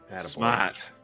smart